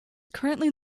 currently